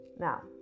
Now